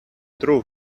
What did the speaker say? true